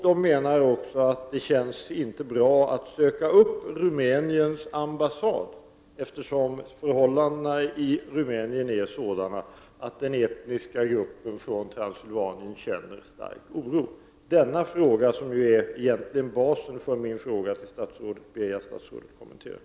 Man menar att det inte känns bra att söka upp Rumäniens ambassad, eftersom förhållandena i Rumänien är sådana att den etniska gruppen från Transsylvanien hyser stark oro. Jag ber statsrådet att kommentera detta, som egentligen utgör basen för min fråga.